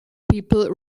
people